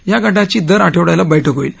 या गावी दर आठवङ्याला बैठक होईल